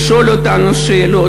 לשאול אותנו שאלות,